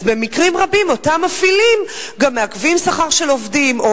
אז במקרים רבים אותם מפעילים גם מעכבים שכר של עובדים או